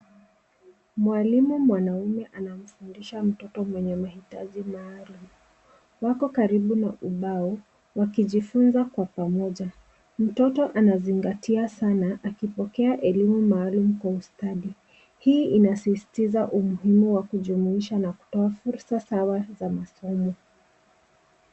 Mwalimu mwanaume anamfundisha mtoto mwenye mahitaji maalum wako karibu na ubao wakijifunza kwa pamoja mtoto anazingatia sana akipokea elimu maalum kwa ustadi hii inasisitiza umuhimu wa kujumuisha na kutoa fursa sawa za masomo.